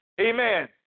Amen